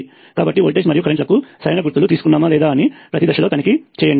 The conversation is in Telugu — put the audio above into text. కాబట్టి వోల్టేజ్ మరియు కరెంట్ లకు సరైన గుర్తులు తీసుకున్నామా లేదా అని ప్రతి దశను తనిఖీ చేయండి